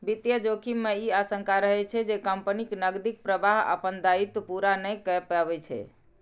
वित्तीय जोखिम मे ई आशंका रहै छै, जे कंपनीक नकदीक प्रवाह अपन दायित्व पूरा नहि कए पबै छै